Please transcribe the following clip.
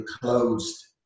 closed